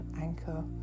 anchor